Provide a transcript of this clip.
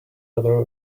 other